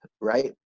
right